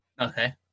Okay